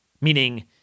Meaning